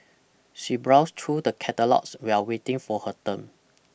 she browsed through the catalogues while waiting for her turn